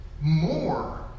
more